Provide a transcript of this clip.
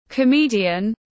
Comedian